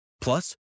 Plus